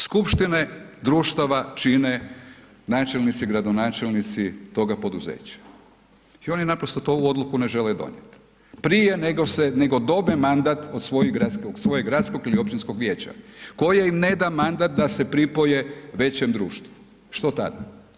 Skupštine društava čine načelnici, gradonačelnici toga poduzeća i oni naprosto ovu odluku ne žele donijeti, prije nego dobe mandat od svojeg gradskog ili općinskog vijeća koje im ne da mandat da se pripoje većem društvu, što tad?